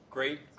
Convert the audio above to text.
Great